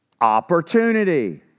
Opportunity